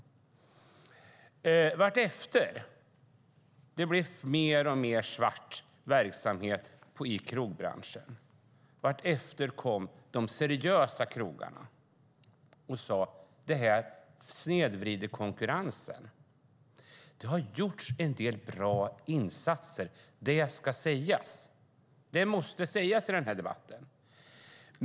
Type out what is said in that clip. Men vartefter det blev mer och mer svart verksamhet i krogbranschen kom de seriösa krogarna och sade: Det här snedvrider konkurrensen. Det har gjorts en del bra insatser - det ska sägas. Det måste sägas i den här debatten.